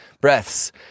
breaths